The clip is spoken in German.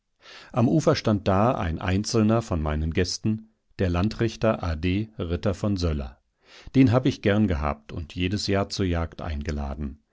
am ufer stand da ein einzelner von meinen gästen der landrichter a d ritter von söller den hab ich gern gehabt und jedes jahr zur jagd eingeladen